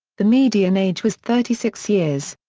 the median age was thirty six years.